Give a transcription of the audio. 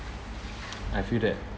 I feel that